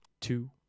two